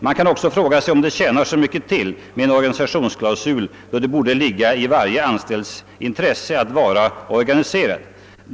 Man kan också fråga sig om det tjänar så mycket till med en organisationsklausul, då det borde ligga i varje anställds intresse att vara organiserad.